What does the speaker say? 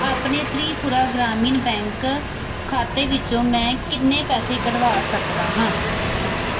ਆਪਣੇ ਤ੍ਰਿਪੁਰਾ ਗ੍ਰਾਮੀਣ ਬੈਂਕ ਖਾਤੇ ਵਿੱਚੋਂ ਮੈਂ ਕਿੰਨੇ ਪੈਸੇ ਕੱਢਵਾ ਸਕਦਾ ਹਾਂ